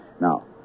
Now